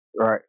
Right